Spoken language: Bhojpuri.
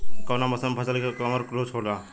कवना मौसम मे फसल के कवन रोग होला?